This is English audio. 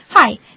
Hi